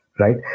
Right